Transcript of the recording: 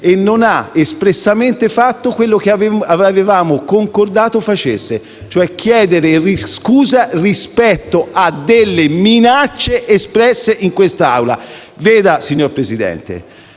e non ha espressamente fatto quello che avevamo concordato facesse, cioè chiedere scusa rispetto ad alcune minacce espresse in quest'Aula. Signor Presidente,